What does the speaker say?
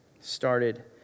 Started